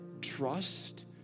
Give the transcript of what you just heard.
Trust